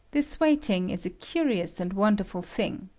this waiting is a curious and wonderful thing.